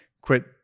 quit